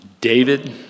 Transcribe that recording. David